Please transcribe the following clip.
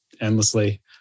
endlessly